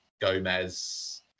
Gomez